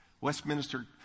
Westminster